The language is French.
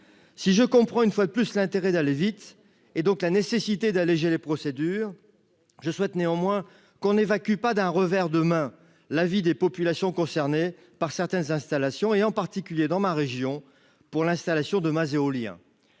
si je comprend une fois de plus, l'intérêt d'aller vite et donc la nécessité d'alléger les procédures, je souhaite néanmoins qu'on évacue pas d'un revers de main la vie des populations concernées par certaines installations, et en particulier dans ma région pour l'installation de Mazzéo lire